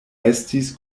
estis